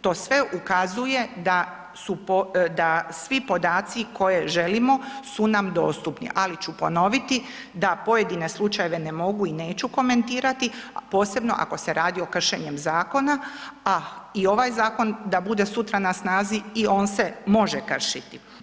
to sve ukazuje da svi podaci koje želimo su nam dostupni, ali ću ponoviti da pojedine slučajeve ne mogu i neću komentirati posebno ako se radi o kršenju zakona a i ovaj zakon da bude sutra na snazi, i on se može kršiti.